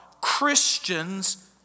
Christians